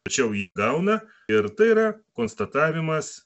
tačiau jį gauna ir tai yra konstatavimas